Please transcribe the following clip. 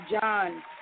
John